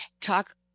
talk